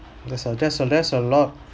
that's a that's a that's a lot